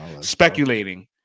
speculating